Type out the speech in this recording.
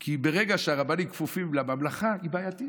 כי ברגע שהרבנים כפופים לממלכה, היא בעייתית.